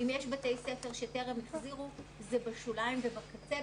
אם יש בתי ספר שטרם החזירו זה בשוליים ובקצה.